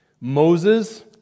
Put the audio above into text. Moses